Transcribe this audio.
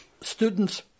students